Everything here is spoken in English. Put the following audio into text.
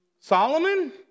Solomon